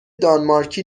دانمارکی